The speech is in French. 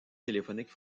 téléphonique